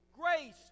grace